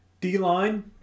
D-line